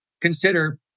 consider